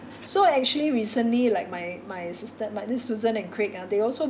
so actually recently like my my sister my this susan and craig ah they also